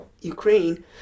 Ukraine